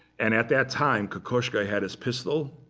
and at that time, kokoschka had his pistol.